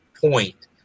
point